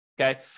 okay